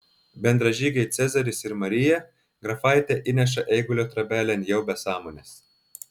bendražygiai cezaris ir marija grafaitę įneša eigulio trobelėn jau be sąmonės